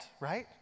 right